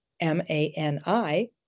M-A-N-I